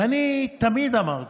ואני תמיד אמרתי: